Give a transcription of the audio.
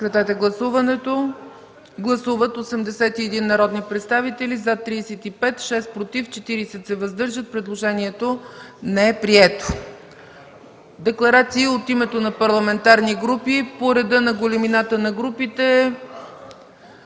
Прегласуване. Гласували 81 народни представители: за 35, против 6, въздържали се 40. Предложението не е прието. Декларации от името на парламентарни групи по реда на големината на групите